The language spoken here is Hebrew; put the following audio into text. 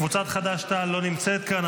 קבוצת חד"ש-תע"ל לא נמצאת כאן,